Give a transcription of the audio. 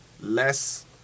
less